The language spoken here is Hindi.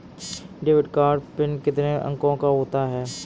डेबिट कार्ड पिन कितने अंकों का होता है?